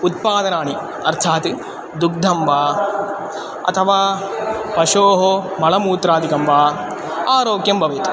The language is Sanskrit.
उत्पादनानि अर्थात् दुग्धं वा अथवा पशोः मलमूत्रादिकं वा आरोग्यं भवेत्